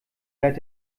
seit